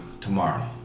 tomorrow